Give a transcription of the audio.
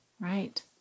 right